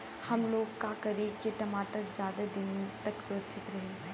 हमलोग का करी की टमाटर ज्यादा दिन तक सुरक्षित रही?